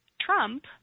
Trump